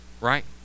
right